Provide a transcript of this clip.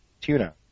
tuna